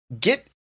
Get